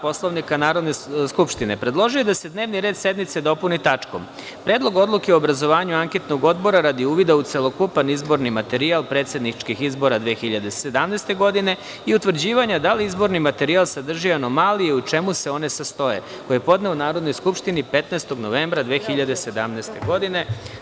Poslovnika Narodne skupštine, predložio je da se dnevni red sednice dopuni tačkom – Predlog odluke o obrazovanju Anketnog odbora radi uvida u celokupan izborni materijal predsedničkih izbora 2017. godine i utvrđivanja da li izborni materijal sadrži anomalije i u čemu se one sastoje, koji je podneo Narodnoj skupštini 15. novembra 2017. godine.